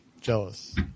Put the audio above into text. jealous